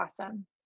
awesome